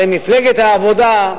הרי מפלגת העבודה,